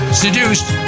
seduced